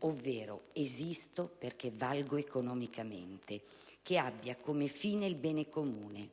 ovvero esisto perché valgo economicamente, che abbia come fine il bene comune.